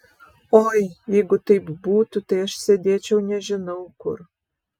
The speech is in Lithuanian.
oi jeigu taip būtų tai aš sėdėčiau nežinau kur